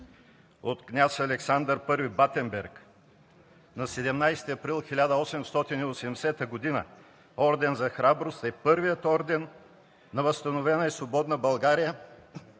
от Княз Александър I Батенберг на 17 април 1880 г. Орден за храброст е първият орден на възстановена и свободна България,